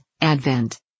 advent